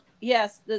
yes